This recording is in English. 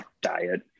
diet